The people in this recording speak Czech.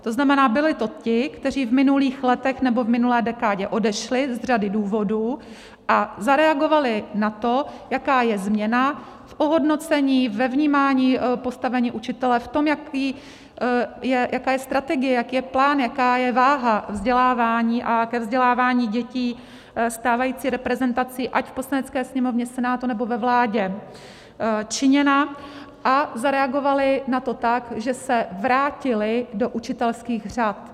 To znamená, byli to ti, kteří v minulých letech, nebo v minulé dekádě, odešli z řady důvodů a zareagovali na to, jaká je změna v ohodnocení, ve vnímání postavení učitele, v tom, jaká je strategie, jaký je plán, jaká je váha vzdělávání a ke vzdělávání dětí stávající reprezentací ať v Poslanecké sněmovně, Senátu nebo ve vládě činěna, a zareagovali na to tak, že se vrátili do učitelských řad.